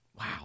wow